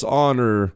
honor